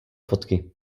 fotky